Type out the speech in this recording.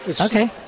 Okay